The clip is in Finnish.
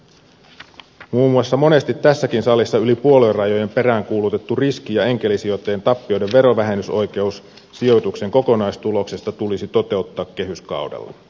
muun muassa monesti tässäkin salissa yli puoluerajojen peräänkuulutettu riski ja enkelisijoittajien tappioiden verovähennysoikeus sijoituksen kokonaistuloksesta tulisi toteuttaa kehyskaudella